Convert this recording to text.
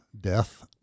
death